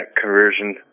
conversion